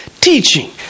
teaching